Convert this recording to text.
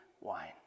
wine